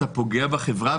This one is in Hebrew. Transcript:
אתה פוגע בחברה.